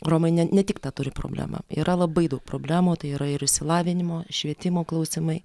romai ne ne tik tą turi problemą yra labai daug problemų tai yra ir išsilavinimo švietimo klausimai